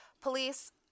police